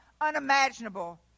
unimaginable